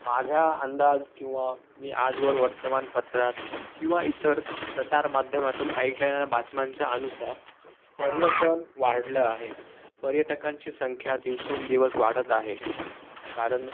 माझ्या अंदाज किंवा मी आजवर वर्तमानपत्रात किंवा इतर प्रसारमाध्यमातून ऐकलेल्या बातम्यांच्या अनुसार पर्यटन वाढलं आहे पर्यटकांची संख्या दिवसोंदिवस वाढत आहे कारण